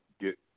get